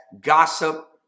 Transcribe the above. gossip